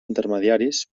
intermediaris